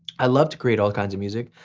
i love to create all kinds of music.